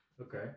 Okay